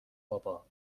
بابا